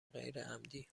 غیرعمدی